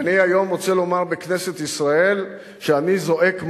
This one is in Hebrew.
ואני היום רוצה לומר בכנסת ישראל שאני זועק מרה.